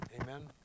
amen